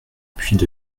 puits